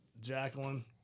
Jacqueline